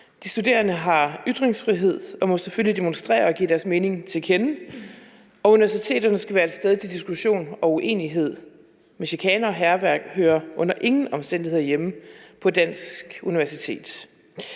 De studerende har ytringsfrihed og må selvfølgelig demonstrere og give deres mening til kende, og universiteterne skal være et sted, hvor der er plads til diskussion og uenighed, men chikane og hærværk hører under ingen omstændigheder hjemme på et dansk universitet.